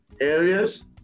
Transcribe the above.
areas